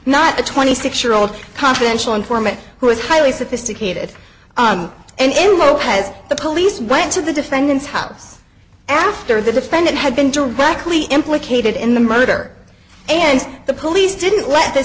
a twenty six year old confidential informant who is highly sophisticated and in lopez the police went to the defendant's house after the defendant had been directly implicated in the murder and the police didn't let th